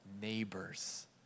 neighbors